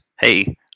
hey